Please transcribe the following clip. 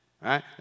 right